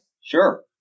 Sure